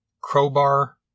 Crowbar